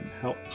help